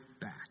back